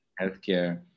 healthcare